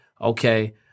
okay